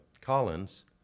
Collins